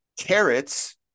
carrots